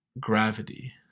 Gravity